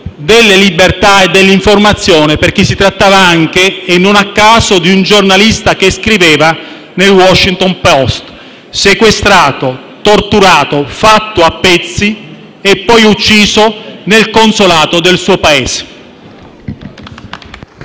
delle libertà e dell'informazione, perché si trattava anche - e non a caso - di un giornalista che scriveva su «The Washington Post»: sequestrato, torturato, fatto a pezzi e poi ucciso nel consolato del suo Paese.